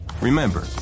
Remember